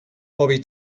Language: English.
bobby